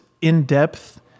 in-depth